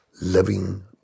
living